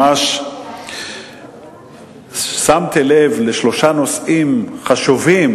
ממש שמתי לב לשלושה נושאים חשובים